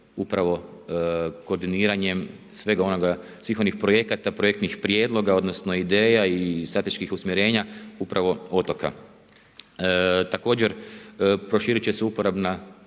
onoga, svih onih projekata, projektnih prijedloga, odnosno ideja i strateških usmjerenja upravo otoka. Također proširiti će se uporabna